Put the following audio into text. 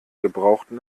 gebrauchten